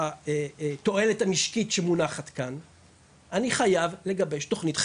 האיגוד ביצע את הערכת הפליטות מהיחידות האלה לגבי 11